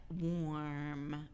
warm